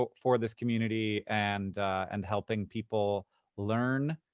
but for this community and and helping people learn,